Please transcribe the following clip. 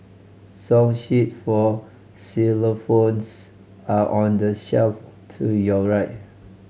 song sheet for xylophones are on the shelf to your right